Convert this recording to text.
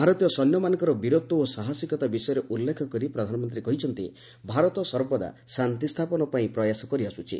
ଭାରତୀୟ ସୈନ୍ୟମାନଙ୍କର ବୀରତ୍ୱ ଓ ସାହସିକତା ବିଷୟରେ ଉଲ୍ଲେଖକରି ପ୍ରଧାନମନ୍ତ୍ରୀ କହିଛନ୍ତି ଭାରତ ସର୍ବଦା ଶାନ୍ତି ସ୍ଥାପନ ପାଇଁ ପ୍ରୟାସ କରିଆସୁଛି